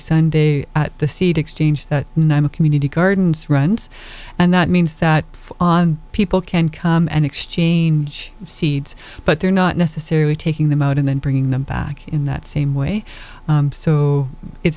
sunday at the seed exchange that community gardens runs and that means that on people can come and exchange seeds but they're not necessarily taking them out and then bringing them back in that same way so it's